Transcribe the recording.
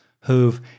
who've